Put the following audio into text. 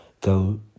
go